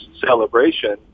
celebration